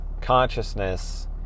consciousness